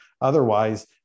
Otherwise